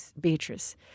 Beatrice